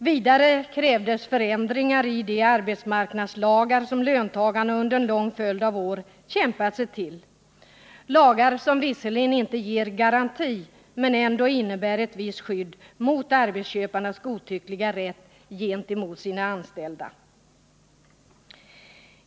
Vidare krävdes förändringar i de arbetsmarknadslagar som löntagarna under en lång följd av år kämpat sig till. Dessa lagar ger visserligen inte några garanterade rättigheter men innebär ändå ett visst skydd mot arbetsköparnas godtycklighet gentemot sina anställda.